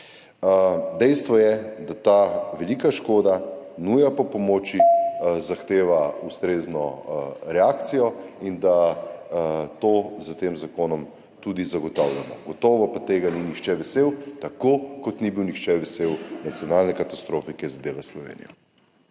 Dejstvo je, da ta velika škoda, nuja po pomoči zahteva ustrezno reakcijo in da to s tem zakonom tudi zagotavljamo. Gotovo pa tega ni nihče vesel, tako kot ni bil nihče vesel nacionalne katastrofe, ki je zadela Slovenijo.